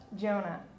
Jonah